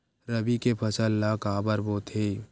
रबी के फसल ला काबर बोथे?